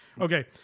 Okay